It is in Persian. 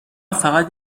فقط